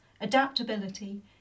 adaptability